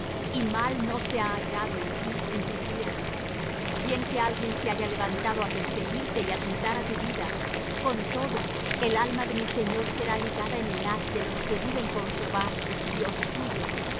y mal no se ha hallado en ti en tus días bien que alguien se haya levantado á perseguirte y atentar á tu vida con todo el alma de mi señor será ligada en el haz de los que viven con jehová dios tuyo